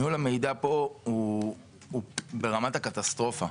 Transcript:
ניהול המידע פה הוא ברמת הקטסטרופה.